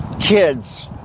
kids